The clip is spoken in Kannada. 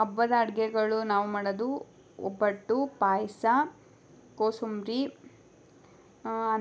ಹಬ್ಬದ ಅಡುಗೆಗಳು ನಾವು ಮಾಡೋದು ಒಬ್ಬಟ್ಟು ಪಾಯಸ ಕೊಸುಂಬ್ರಿ